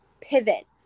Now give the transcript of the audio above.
pivot